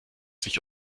sich